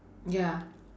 ya